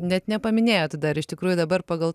net nepaminėjot dar iš tikrųjų dabar pagal